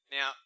Now